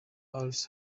alice